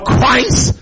Christ